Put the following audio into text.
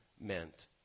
meant